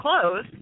close